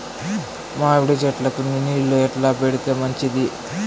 మామిడి చెట్లకు నీళ్లు ఎట్లా పెడితే మంచిది?